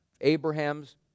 Abraham's